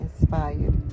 inspired